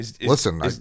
listen